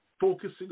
focusing